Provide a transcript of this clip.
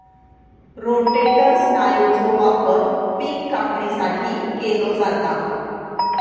rotator स्नायूचो वापर पिक कापणीसाठी केलो जाता